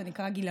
זה נקרא גילנות,